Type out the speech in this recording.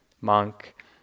monk